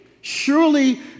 Surely